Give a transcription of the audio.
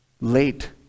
late